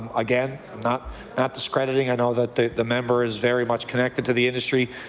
again, i'm not not discrediting. i know that the the member is very much connected to the industry.